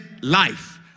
life